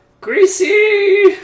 Greasy